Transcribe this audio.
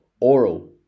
oral